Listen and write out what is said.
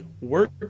work